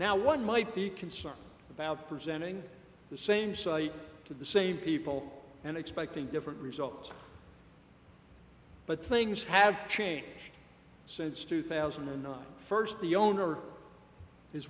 now one might be concerned about presenting the same site to the same people and expecting different results but things have changed since two thousand and nine first the owner is